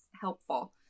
helpful